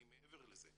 אני מעבר לזה.